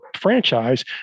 franchise